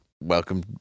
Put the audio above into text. Welcome